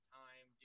time